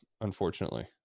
unfortunately